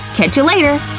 catch ya later!